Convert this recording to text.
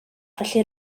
felly